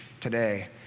today